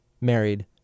married